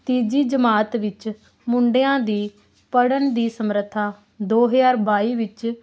ਤੀਜੀ ਜਮਾਤ ਵਿੱਚ ਮੁੰਡਿਆਂ ਦੀ ਪੜ੍ਹਨ ਦੀ ਸਮਰੱਥਾ ਦੋ ਹਜ਼ਾਰ ਬਾਈ ਵਿੱਚ